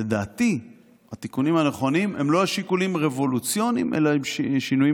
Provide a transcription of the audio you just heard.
לדעתי התיקונים הנכונים הם לא שיקולים רבולוציוניים אלא שינויים